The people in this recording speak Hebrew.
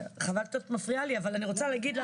חבל שאת מפריעה לי אבל אני רוצה להגיד לך